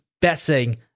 betting